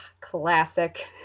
Classic